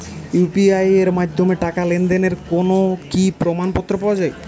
UPI এর মাধ্যমে টাকা লেনদেনের কোন কি প্রমাণপত্র পাওয়া য়ায়?